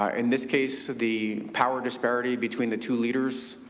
um in this case, the power disparity between the two leaders,